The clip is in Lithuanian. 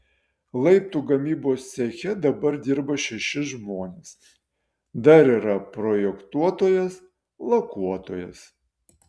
laiptų gamybos ceche dabar dirba šeši žmonės dar yra projektuotojas lakuotojas